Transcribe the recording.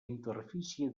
interfície